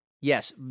Yes